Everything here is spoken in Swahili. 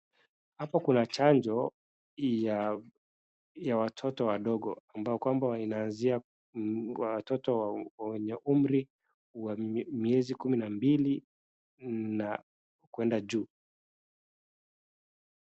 Hapo kuna chanjo ya watoto wadogo ambayo kwamba inaanzia watoto wenye umri wa miezi kumi na mbili na kuenda juu.